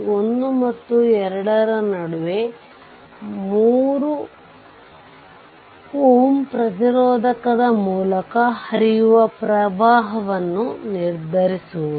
1 ಮತ್ತು 2 ರ ನಡುವೆ ಮೂರು Ω ಪ್ರತಿರೋಧಕದ ಮೂಲಕ ಹರಿಯುವ ಪ್ರವಾಹವನ್ನು ನಿರ್ಧರಿಸುವುದು